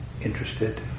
interested